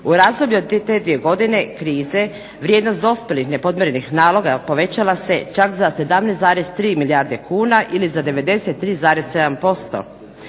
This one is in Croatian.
U razdoblju od te dvije godine krize, vrijednost dospjelih nepodmirenih naloga povećala se čak za 17,3 milijarde kuna ili za 93,7%.